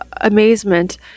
amazement